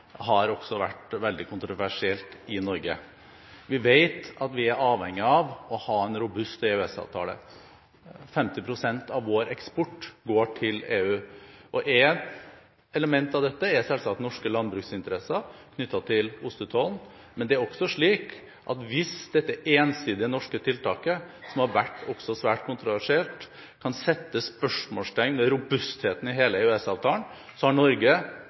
også har vært veldig kontroversielle i Norge. Vi vet at vi er avhengig av å ha en robust EØS-avtale. 50 pst. av vår eksport går til EU. Et element i dette er selvsagt norske landbruksinteresser knyttet til ostetollen, men det er også slik at hvis dette ensidige norske tiltaket, som har vært svært kontroversielt, kan sette spørsmålstegn ved robustheten i hele EØS-avtalen, har Norge